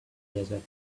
desert